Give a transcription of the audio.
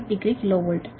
18 degree kilo volt